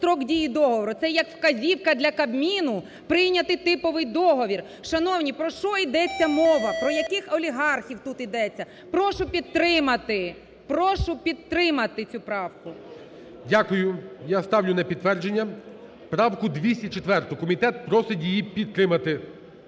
Дякую. Я ставлю на підтвердження правку 204, комітет просить її підтримати.